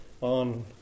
on